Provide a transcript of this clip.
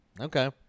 Okay